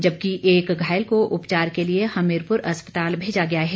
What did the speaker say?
जबकि एक घायल को उपचार के लिए हमीरपुर अस्पताल भेजा गया है